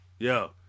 yo